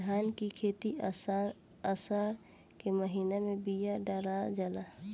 धान की खेती आसार के महीना में बिया डालल जाला?